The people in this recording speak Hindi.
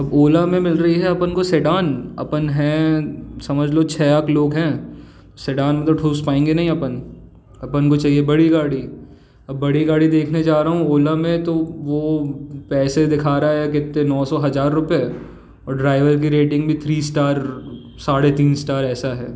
ओला में मिल रही है अपन को सेडान अपन हैं समझ लो छ आठ लोग हैं सेडान तो ठूस पाएँगे नहीं अपन अपन को चाहिए बड़ी गाड़ी अब बड़ी गाड़ी देखने जा रहा हूँ ओला में वो पैसे दिखा रहा है कितने नौ सौ हज़ार रुपए और ड्राईवर की रेटिंग भी थ्री स्टार साढ़े तीन स्टार ऐसा है